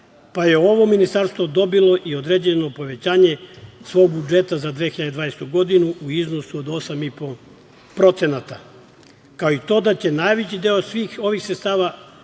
pa je ovo Ministarstvo dobilo i određeno povećanje svog budžeta za 2020. godinu u iznosu od 8,5%, kao i to da će najveći deo svih ovih sredstava,